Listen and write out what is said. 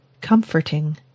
comforting